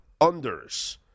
unders